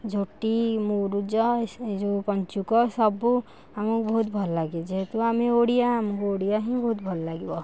ଝୋଟି ମୁରୁଜ ଏଇ ସ ଏଇ ଯେଉଁ ପଞ୍ଚୁକ ସବୁ ଆମକୁ ବହୁତ ଭଲ ଲାଗେ ଯେହେତୁ ଆମେ ଓଡ଼ିଆ ଆମକୁ ଓଡ଼ିଆ ହିଁ ବହୁତ ଭଲ ଲାଗିବ